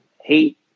hate